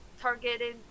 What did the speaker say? targeted